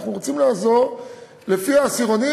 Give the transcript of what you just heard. אנחנו רוצים לעזור לפי העשירונים.